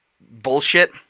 bullshit